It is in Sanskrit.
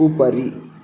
उपरि